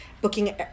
booking